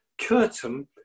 curtain